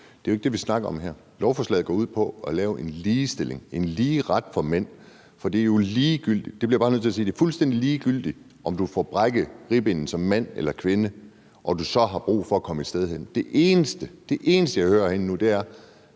er jo ikke det, vi snakker om her. Beslutningsforslaget går ud på at lave en ligestilling, en lige ret for mænd, og jeg bliver bare nødt til at sige, at det er fuldstændig ligegyldigt, om du får brækket ribbenet som mand eller kvinde og har brug for at komme et sted hen. Det eneste, jeg hører herinde nu, er,